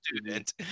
student